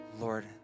Lord